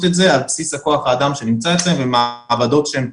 את זה על בסיס כוח האדם שנמצא אצלן והמעבדות שהן פתחו.